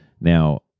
Now